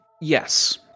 Yes